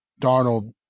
Darnold